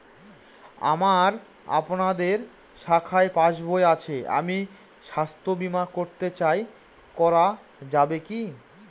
আমার আপনাদের শাখায় পাসবই আছে আমি স্বাস্থ্য বিমা করতে চাই করা যাবে কি?